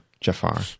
Jafar